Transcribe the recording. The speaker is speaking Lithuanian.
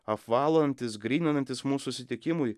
apvalantis gryninantis mus susitikimui